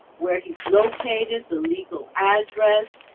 where he's located, the legal address.